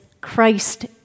Christ